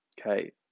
Okay